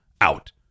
out